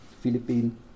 Philippines